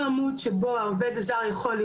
את המידע גם על ההפקדות שלו,